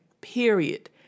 period